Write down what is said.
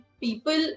people